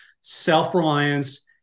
self-reliance